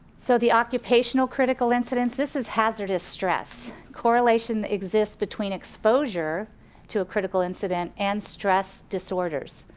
so the occupational critical incidents, this is hazardous stress, correlation exists between exposure to a critical incident and stress disorders.